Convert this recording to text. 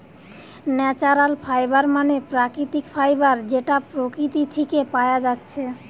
natural fibre মানে প্রাকৃতিক fibre যেটা প্রকৃতি থিকে পায়া যাচ্ছে